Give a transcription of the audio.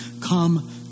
come